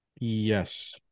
yes